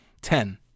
Ten